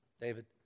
David